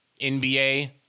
NBA